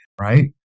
right